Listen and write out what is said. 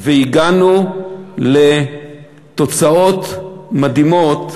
והגענו לתוצאות מדהימות,